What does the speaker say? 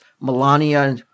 Melania